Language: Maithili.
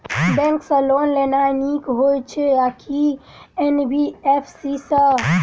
बैंक सँ लोन लेनाय नीक होइ छै आ की एन.बी.एफ.सी सँ?